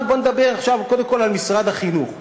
אבל בואו נדבר קודם כול על משרד החינוך.